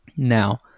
Now